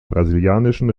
brasilianischen